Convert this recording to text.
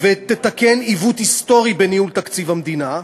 ותתקן עיוות היסטורי בניהול תקציב המדינה.